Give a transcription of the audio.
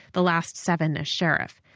the last seven as sheriff,